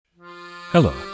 Hello